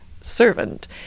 servant